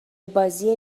بازی